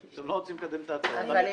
עם הצעת חוק המאבק בטרור (תיקון - ביטול